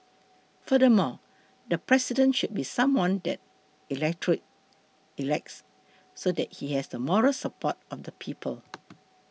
furthermore the President should be someone that the electorate elects so that he has the moral support of the people